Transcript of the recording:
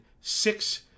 six